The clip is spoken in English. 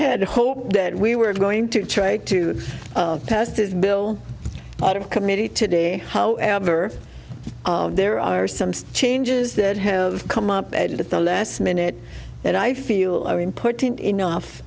had hoped that we were going to try to pass this bill out of committee today however there are some changes that have come up at the last minute and i feel are important enough